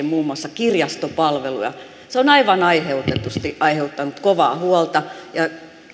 muun muassa kirjastopalveluja on aivan aiheutetusti aiheuttanut kovaa huolta ja